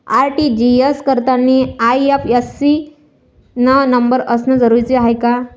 RTGS करतांनी IFSC न number असनं जरुरीच हाय का?